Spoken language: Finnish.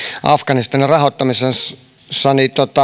afganistanin rahoittamisessa